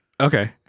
Okay